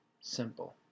Simple